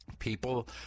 people